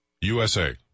USA